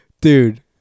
Dude